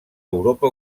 europa